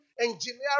engineering